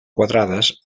quadrades